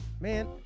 Man